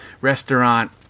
restaurant